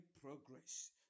progress